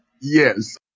Yes